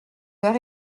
leur